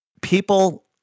people